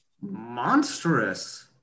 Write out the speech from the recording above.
monstrous